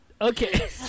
Okay